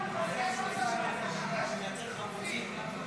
51 בעד, 60 נגד.